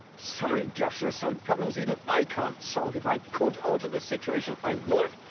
sorry josh, there's some problems even i can't solve. if i could alter the situation, i would.